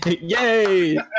Yay